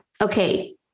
Okay